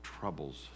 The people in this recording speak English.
troubles